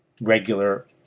regular